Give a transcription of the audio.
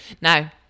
now